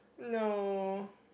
no